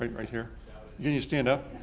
right right here. can you stand up?